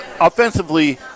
offensively